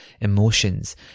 emotions